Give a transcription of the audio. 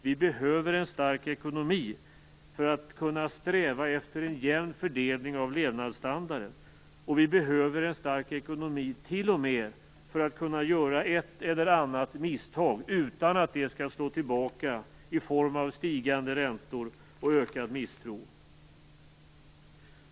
Vi behöver en stark ekonomi för att kunna sträva efter en jämn fördelning av levnadsstandarden. Och vi behöver en stark ekonomi t.o.m. för att kunna göra ett och annat misstag utan att det skall slå tillbaka i form av stigande räntor och ökad misstro.